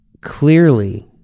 clearly